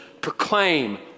proclaim